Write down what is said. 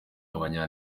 abanya